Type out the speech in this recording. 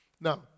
Now